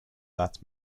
that